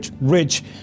rich